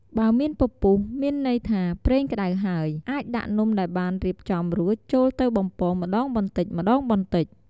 បើមានពពុះ វាមានន័យថាប្រេងក្តៅហើយ អាចដាក់នំដែលបានរៀបចំរួចចូលទៅបំពងម្តងបន្តិចៗ។